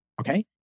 okay